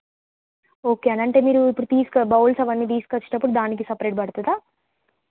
okay అండి అంటే మీరు ఇప్పుడు తీస్క బౌల్స్ అవన్నీ తీసుకొచ్చేటప్పుడు దానికి సపరేట్ పడుతుందా